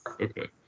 Okay